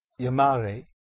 yamare